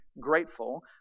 grateful